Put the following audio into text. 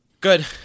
Good